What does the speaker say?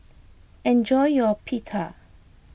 enjoy your Pita